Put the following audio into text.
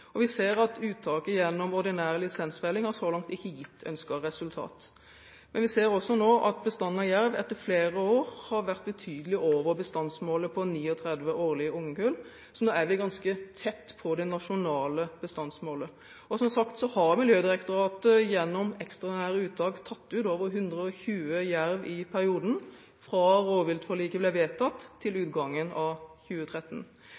Vi ser at uttaket gjennom ordinær lisensfelling så langt ikke har gitt ønsket resultat. Vi ser nå også at bestanden av jerv etter flere år har vært betydelig over bestandsmålet på 39 årlige ungekull, og derfor er vi nå ganske nær det nasjonale bestandsmålet. Som sagt har Miljødirektoratet gjennom ekstraordinære uttak tatt ut over 120 jerv i perioden fra rovviltforliket ble vedtatt til utgangen av 2013.